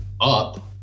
up